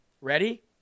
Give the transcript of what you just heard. Ready